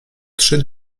trzy